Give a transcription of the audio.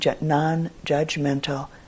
non-judgmental